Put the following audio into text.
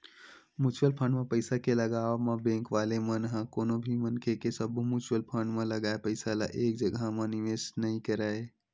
mutual fund म पइसा के लगावब म बेंक वाले मन ह कोनो भी मनखे के सब्बो म्युचुअल फंड म लगाए पइसा ल एक जघा म निवेस नइ करय